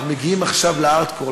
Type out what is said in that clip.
אנחנו מגיעים עכשיו ל-hardcore,